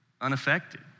unaffected